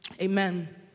amen